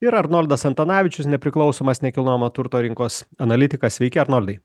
ir arnoldas antanavičius nepriklausomas nekilnojamo turto rinkos analitikas sveiki arnoldai